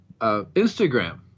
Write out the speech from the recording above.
Instagram